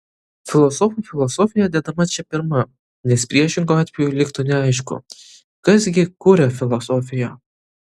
filosofų filosofija dedama čia pirma nes priešingu atveju liktų neaišku kas gi kuria filosofiją